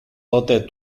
tote